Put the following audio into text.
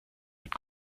mit